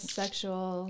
sexual